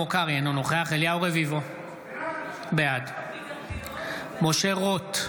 קרעי, אינו נוכח אליהו רביבו, בעד משה רוט,